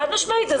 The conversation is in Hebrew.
חד-משמעית.